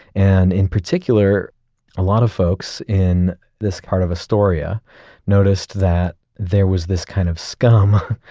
and in particular a lot of folks in this part of astoria noticed that there was this kind of scum,